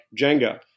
Jenga